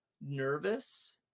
nervous